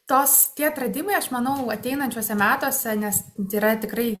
tos tie atradimai aš manau ateinančiuose metuose nes tai yra tikrai